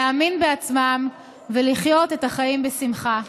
להאמין בעצמם, ולחיות את החיים בשמחה."